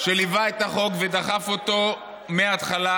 שליווה את החוק ודחף אותו מההתחלה,